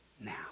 now